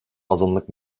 azınlık